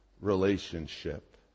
relationship